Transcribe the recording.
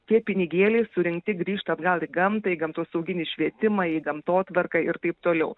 tie pinigėliai surinkti grįžta atgal į gamtą į gamtosauginį švietimą į gamtotvarką ir taip toliau